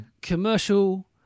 commercial